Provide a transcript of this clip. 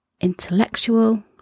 intellectual